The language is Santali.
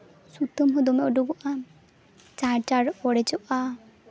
ᱥᱩᱛᱟᱹᱢ ᱦᱚᱸ ᱫᱚᱢᱮ ᱩᱰᱩᱠᱚᱜᱼᱟ ᱪᱟᱬ ᱪᱟᱬ ᱚᱲᱮᱡᱚᱜᱼᱟ